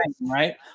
right